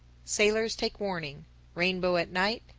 sailors take warning rainbow at night,